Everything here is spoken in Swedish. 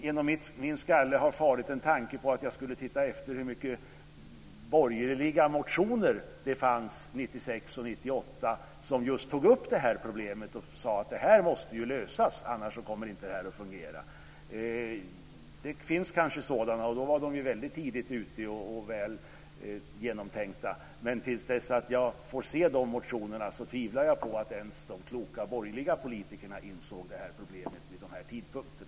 Genom min skalle har det farit en tanke på att jag skulle se efter hur många borgerliga motioner som fanns 1996 och 1998 som tog upp det här problemet och krävde att det måste lösas för att det hela skulle fungera. Det finns kanske sådana motioner, men då var de väldigt tidigt väckta och väl genomtänkta. Men till dess jag får se dessa motioner tvivlar jag på att ens de kloka borgerliga politikerna insåg problemet vid dessa tidpunkter.